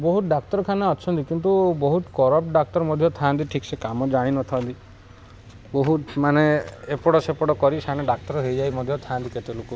ବହୁତ ଡ଼ାକ୍ତରଖାନା ଅଛନ୍ତି କିନ୍ତୁ ବହୁତ ଡ଼ାକ୍ତର ମଧ୍ୟ ଥାଆନ୍ତି ଠିକ୍ ସେେ କାମ ଜାଣିିନଥାନ୍ତି ବହୁତ ମାନେ ଏପଟ ସେପଟ କରି ସେମାନେେ ଡ଼ାକ୍ତର ହେଇଯାଇ ମଧ୍ୟ ଥାନ୍ତି କେତେ ଲୋକ